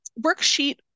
worksheet